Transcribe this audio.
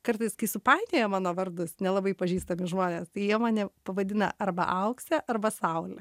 kartais kai supainioja mano vardus nelabai pažįstami žmonės tai jie mane pavadina arba auksė arba saulė